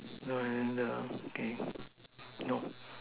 no as in the okay no